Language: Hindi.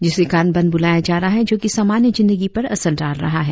जिसके कारण बंद बुलाया जा रहा है जो कि समान्य जिंदगी पर असर डाल रहा है